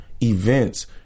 events